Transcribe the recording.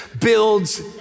builds